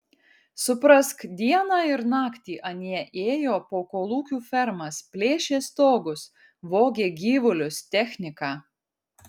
suprask dieną ir naktį anie ėjo po kolūkių fermas plėšė stogus vogė gyvulius techniką